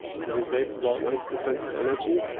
so we save about ninety percent of the energy.